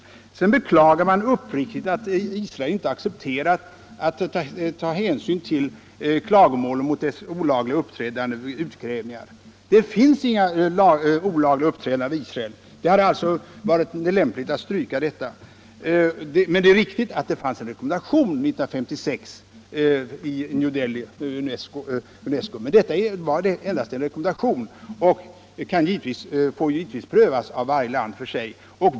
Sedan heter det i röstförklaringen att man beklagar uppriktigt att Israel inte har accepterat och tagit hänsyn till klagomålen mot dess olagliga uppträdande vid utgrävningar. Det finns inget olagligt uppträdande av Israel, och det hade alltså varit lämpligt att stryka detta. Det är riktigt att det fanns en rekommendation år 1956 i UNESCO, men det var alltså endast en rekommendation, och den får givetvis prövas av varje land för sig.